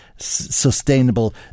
sustainable